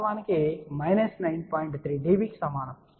3 dB కి సమానం